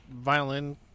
violin